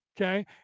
Okay